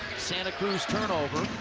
santa cruz turnover.